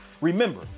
Remember